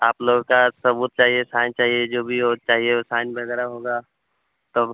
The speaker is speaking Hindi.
आप लोग का सबूत चाहिए साइन चाहिए जो भी हो चाहिए साइन वगैरह होगा तब